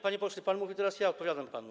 Panie pośle, pan mówił, teraz ja odpowiadam panu.